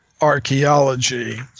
archaeology